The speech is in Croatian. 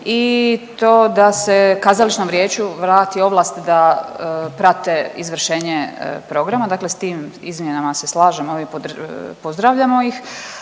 i to da se kazališnom vijeću vrati ovlast da prate izvršenje programa. Dakle, s tim izmjenama se slažemo i evo pozdravljamo ih.